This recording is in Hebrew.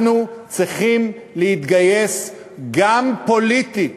אנחנו צריכים להתגייס גם פוליטית,